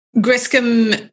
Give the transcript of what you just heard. Griscom